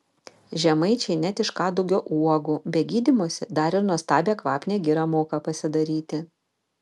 žemaičiai net iš kadugio uogų be gydymosi dar ir nuostabią kvapnią girą moką pasidaryti